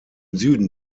süden